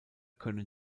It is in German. können